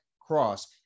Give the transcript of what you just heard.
cross